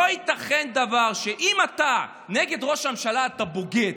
לא ייתכן שאם אתה נגד ראש הממשלה אתה בוגד,